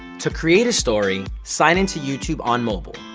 to create a story, sign in to youtube on mobile.